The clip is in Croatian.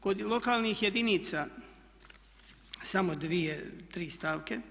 Kod lokalnih jedinica, samo dvije, tri stavke.